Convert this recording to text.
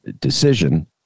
decision